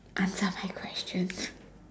answer my questions